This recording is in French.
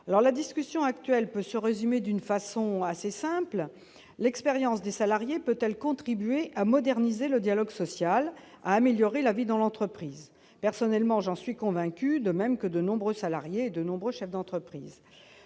La discussion actuelle peut se résumer simplement : l'expérience des salariés peut-elle contribuer à moderniser le dialogue social et à améliorer la vie dans l'entreprise ? J'en suis convaincue, de même que de nombreux salariés et beaucoup de chefs d'entreprise.